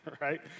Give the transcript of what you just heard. right